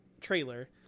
trailer